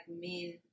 men